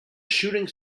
shooting